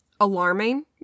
alarming